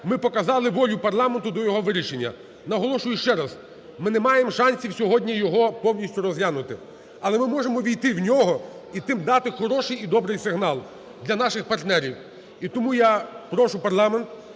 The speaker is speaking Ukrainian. ми показали волю парламенту до його вирішення. Наголошую ще раз, ми не маємо шансів сьогодні його повністю розглянути, але ми можемо ввійти в нього і тим дати хороший, і добрий сигнал для наших партнерів. І тому я прошу парламент